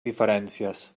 diferències